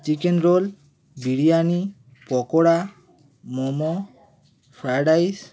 chicken roll biryani pakora momo fried rice